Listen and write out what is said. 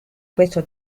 questo